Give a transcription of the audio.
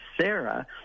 sarah